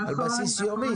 נכון.